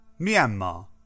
Myanmar